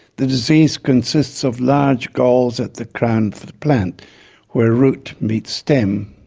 the disease consists of large galls at the crown plant where root meets stem.